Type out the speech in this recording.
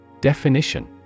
Definition